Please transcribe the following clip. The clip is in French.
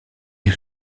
est